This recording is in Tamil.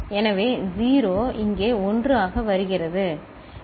எனவே 0 இங்கே 1 ஆக வருகிறது சரி